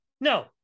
No